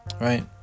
right